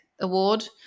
award